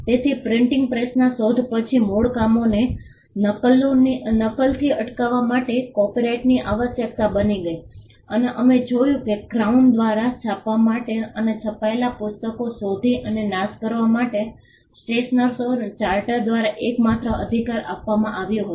તેથી પ્રિન્ટિંગ પ્રેસની શોધ પછી મૂળ કામોને નકલથી અટકાવવા માટે કોપિરાઇટની આવશ્યકતા બની ગઈ અને અમે જોયું કે ક્રાઉન દ્વારા છાપવા માટે અને છપાયેલા પુસ્તકો શોધી અને નાશ કરવા માટે સ્ટેશનરોને ચાર્ટર દ્વારા એકમાત્ર અધિકાર આપવામાં આવ્યો હતો